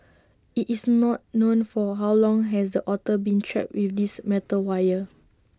IT is not known for how long has the otter been trapped with this metal wire